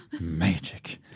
Magic